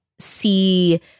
see